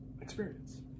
experience